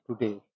today